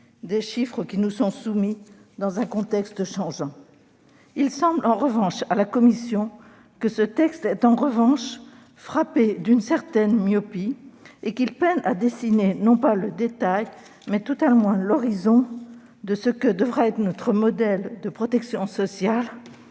des chiffres qui nous sont soumis dans un contexte changeant. Il semble en revanche à la commission que ce texte est frappé d'une certaine myopie et qu'il peine à dessiner, non pas le détail, mais à tout le moins les grands traits de ce que devra être notre modèle de protection sociale